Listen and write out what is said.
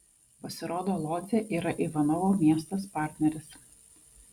pasirodo lodzė yra ivanovo miestas partneris